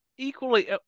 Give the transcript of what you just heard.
Equally